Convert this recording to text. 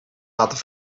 laten